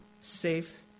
safe